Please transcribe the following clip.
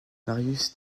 marius